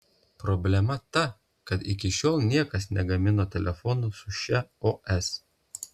problema ta kad iki šiol niekas negamino telefonų su šia os